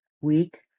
week